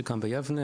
שקם ביבנה,